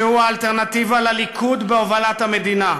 שהוא האלטרנטיבה לליכוד בהובלת המדינה.